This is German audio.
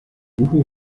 uhu